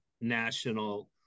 national